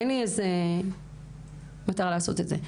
אין לי מטרה לעשות זה.